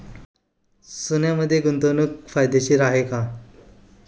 सोन्यामध्ये गुंतवणूक फायदेशीर आहे का?